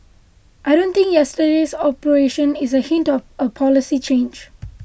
I don't think yesterday's operation is a hint of a policy change